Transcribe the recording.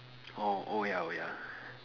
oh oh ya oh ya